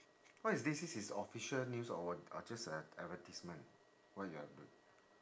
what is this this is official news or wh~ or just a advertisement what you are do~